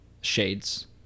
shades